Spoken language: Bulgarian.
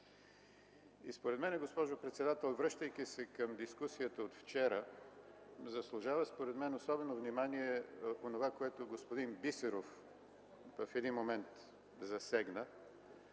Според мен, госпожо председател, връщайки се към дискусията от вчера, заслужава особено внимание онова, което господин Бисеров в един момент засегна,